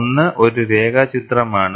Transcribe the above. ഒന്ന് ഒരു രേഖാചിത്രം ആണ്